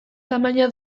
tamaina